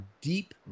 deep